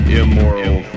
immoral